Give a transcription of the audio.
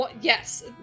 Yes